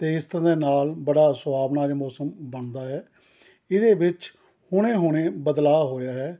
ਅਤੇ ਇਸ ਤਰ੍ਹਾਂ ਦੇ ਨਾਲ ਬੜਾ ਸੁਹਾਵਣਾ ਜਾ ਮੌਸਮ ਬਣਦਾ ਹੈ ਇਹਦੇ ਵਿੱਚ ਹੁਣੇ ਹੁਣੇ ਬਦਲਾਅ ਹੋਇਆ ਹੈ